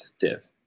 div